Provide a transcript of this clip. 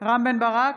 רם בן ברק,